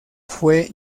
fue